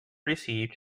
receive